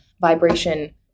vibration